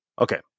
Okay